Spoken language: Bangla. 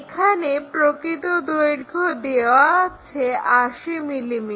এখানে প্রকৃত দৈর্ঘ্য দেওয়া আছে 80 mm